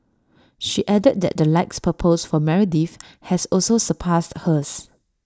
she added that the likes per post for Meredith has also surpassed hers